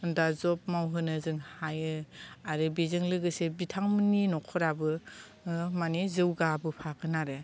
दा जब मावहोनो जों हायो आरो बेजों लोगोसे बिथांमोननि न'खराबो मानो जौगाबोफागोन आरो